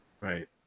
right